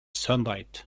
sunlight